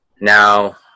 Now